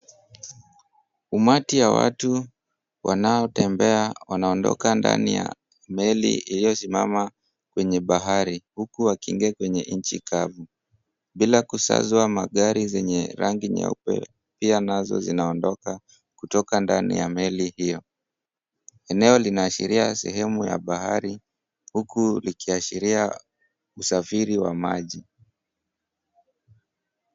Umati ya watu wanaotembea wanaondoka ndani ya meli iliyosimama kwenye bahari, huku wakiingia kwenye nchi kavu. Bila kusazwa magari zenye rangi nyeupe pia nazo zinaondoka kutoka ndani ya meli hio. Eneo linaashiria sehemu ya bahari huku likiashiria usafiri wa maji.